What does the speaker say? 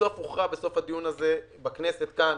בסוף הדיון הזה בכנסת כאן